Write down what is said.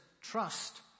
trust